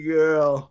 girl